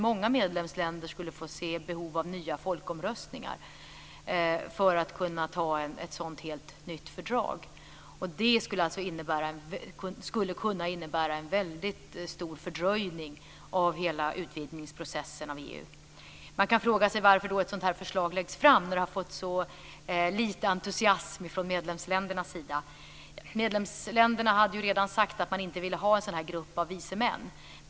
Många medlemsländer skulle se behov av nya folkomröstningar för att kunna anta ett sådant helt nytt fördrag. Det skulle alltså kunna innebära en mycket stor fördröjning av hela utvidgningsprocessen av EU. Man kan fråga sig varför ett sådant här förslag läggs fram när det har mött så lite entusiasm från medlemsländernas sida. Medlemsländerna hade redan sagt att de inte ville ha en sådan här grupp av vise män.